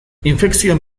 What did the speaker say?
infekzioen